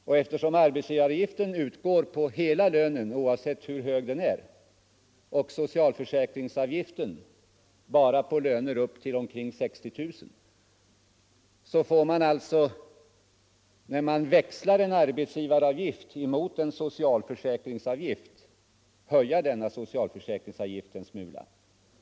Och eftersom arbetsgivaravgiften utgår på hela lönen, oavsett hur hög den är, och socialförsäkringsavgiften bara på löner upp till omkring 60 000 kronor, får man alltså när man växlar en arbetsgivaravgift mot en socialförsäkringsavgift höja denna socialförsäkringsavgift en smula.